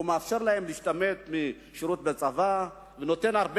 הוא מאפשר להם להשתמט משירות בצבא ונותן הרבה